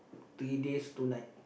three days two night